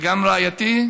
וגם רעייתי,